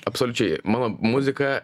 absoliučiai mano muziką